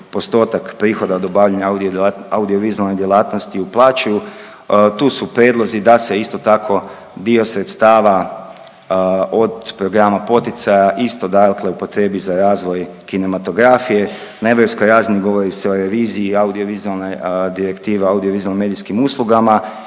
postotak prihoda od obavljanja audiovizualne djelatnosti uplaćuju, tu su prijedlozi da se isto tako dio sredstava od programa poticaja isto upotrijebi za razvoj kinematografije. Na europskoj razini govori se o reviziji audiovizualne direktive, audiovizualnim medijskim uslugama